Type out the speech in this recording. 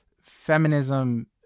feminism